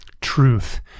truth